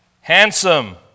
handsome